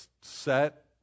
set